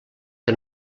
que